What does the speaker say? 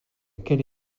quelle